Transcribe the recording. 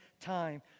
time